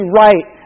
right